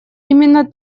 именно